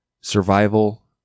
Survival